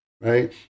right